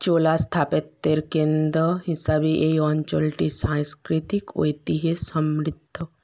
চোলা স্থাপত্যের কেন্দ্র হিসাবে এই অঞ্চলটি সাংস্কৃতিক ঐতিহ্যে সমৃদ্ধ